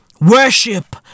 worship